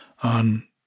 on